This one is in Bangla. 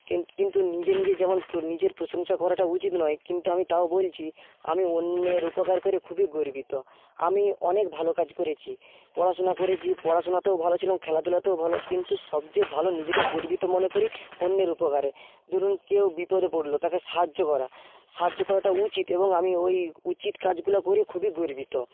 কিন কিন্তু নিজে নিজে যেমন নিজের প্রশংসা করাটা উচিত নয় কিন্তু আমি তাও বলছি আমি অন্যের উপকার করে খুবই গর্বিত আমি অনেক ভালো কাজ করেছি পড়াশোনা করেছি পড়াশোনাতেও ভালো ছিলাম খেলাধুলাতেও ভালো কিন্তু সবচেয়ে ভালো নিজেকে গর্বিত মনে করি অন্যের উপকারে ধরুন কেউ বিপদে পড়ল তাকে সাহায্য করা সাহায্য করাটা উচিত এবং আমি ওই উচিত কাজগুলো করে খুবই গর্বিত